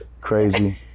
Crazy